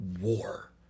War